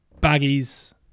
baggies